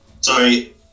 Sorry